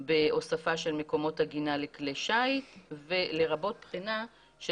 בהוספה של מקומות עגינה לכלי שיט לרבות בחינה של